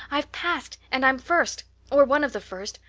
i've passed and i'm first or one of the first!